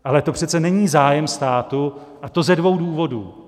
Ale to přece není zájem státu, a to ze dvou důvodů.